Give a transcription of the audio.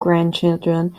grandchildren